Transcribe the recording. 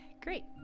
Great